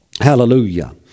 Hallelujah